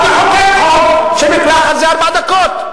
זחאלקה, אז תחוקק חוק שמקלחת זה ארבע דקות.